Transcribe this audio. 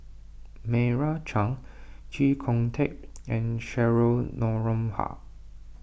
Meira Chand Chee Kong Tet and Cheryl Noronha